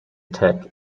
tech